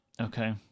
Okay